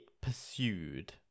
pursued